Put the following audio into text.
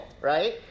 right